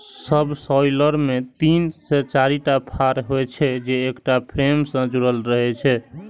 subsoiler मे तीन से चारिटा फाड़ होइ छै, जे एकटा फ्रेम सं जुड़ल रहै छै